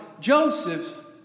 Joseph